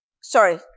Sorry